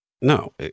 No